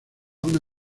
una